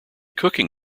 cooking